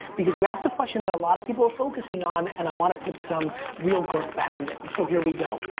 because you asked a question that a lot of people are focusing on, and i want to put some real girth behind it. and so here we go.